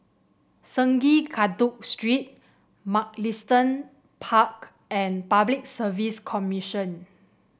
Sungei Kadut Street Mugliston Park and Public Service Commission